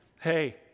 Hey